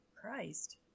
Christ